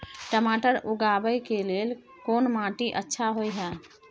टमाटर उगाबै के लेल कोन माटी अच्छा होय है?